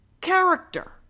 character